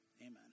amen